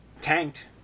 tanked